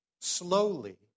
slowly